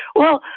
well,